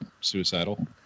suicidal